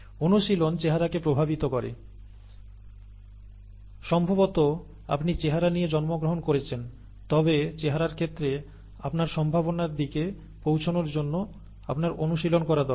অনুশীলন চেহারাকে প্রভাবিত করে সম্ভবত আপনি চেহারা নিয়ে জন্মগ্রহণ করেছেন তবে চেহারার ক্ষেত্রে আপনার সম্ভাবনার দিকে পৌঁছানোর জন্য আপনার অনুশীলন করা দরকার